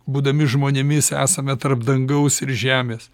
būdami žmonėmis esame tarp dangaus ir žemės